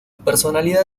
personalidad